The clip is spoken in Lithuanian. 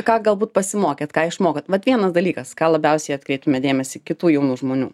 ką galbūt pasimokėt ką išmokot vat vienas dalykas ką labiausiai atkreiptumėt dėmesį kitų jaunų žmonių